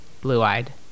blue-eyed